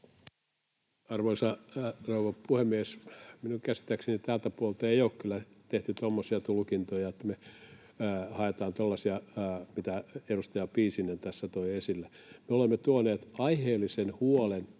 Arvoisa rouva puhemies! Minun käsittääkseni täältä puolelta ei ole kyllä tehty tuommoisia tulkintoja, että me haettaisiin tuollaisia, mitä edustaja Piisinen tässä toi esille. Me olemme tuoneet aiheellisen huolen